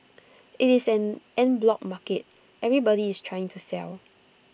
IT is an en bloc market everybody is trying to sell